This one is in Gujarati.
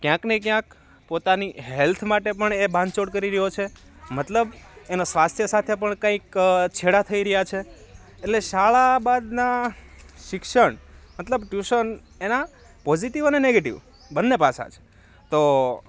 ક્યાંક ને ક્યાંક પોતાની હેલ્થ માટે પણ એ બાંધછોડ કરી રહ્યો છે મતલબ એનો સ્વાસ્થ્ય સાથે પણ કંઈક છેડા થઈ રહ્યાં છે એટલે શાળા બાદના શિક્ષણ મતલબ ટ્યુશન એના પોઝિટિવ અને નેગેટિવ બંને પાસા છે તો